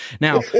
Now